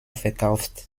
verkauft